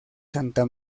santa